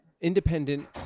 independent